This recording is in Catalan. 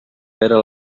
vera